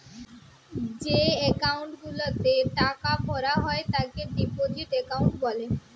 যেই একাউন্ট গুলাতে টাকা ভরা হয় তাকে ডিপোজিট একাউন্ট বলে